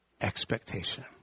expectation